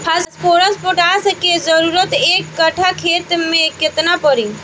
Phosphorus potash के जरूरत एक कट्ठा खेत मे केतना पड़ी?